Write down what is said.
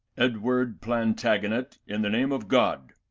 edward plantagenet, in the name of god,